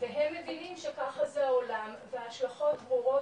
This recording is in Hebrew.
והם מבינים שככה זה העולם וההשלכות ברורות,